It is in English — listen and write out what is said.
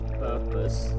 purpose